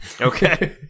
Okay